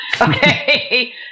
Okay